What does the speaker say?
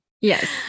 Yes